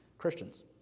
Christians